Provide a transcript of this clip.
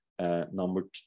Number